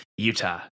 Utah